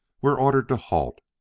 we're ordered to halt.